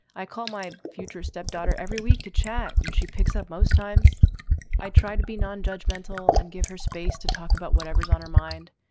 i call my future stepdaughter every week to chat and she picks up. most times i try to be non-judgmental and give her space to talk about whatever is on her mind.